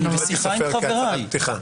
אני בשיחה עם חבריי.